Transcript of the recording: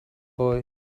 boy